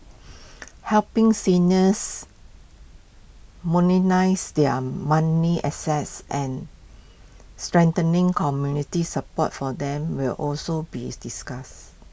helping seniors their money assets and strengthening community support for them will also be discussed